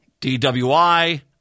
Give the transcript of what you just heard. DWI